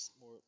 more